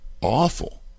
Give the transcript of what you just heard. awful